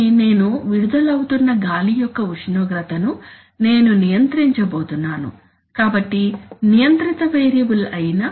కానీ నేను విడుదలవుతున్న గాలి యొక్క ఉష్ణోగ్రతను నేను నియంత్రించబోతున్నాను కాబట్టి నియంత్రిత వేరియబుల్ అయిన